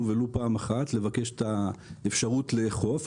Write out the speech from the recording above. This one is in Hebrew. ולו פעם אחת לבקש את האפשרות לאכוף,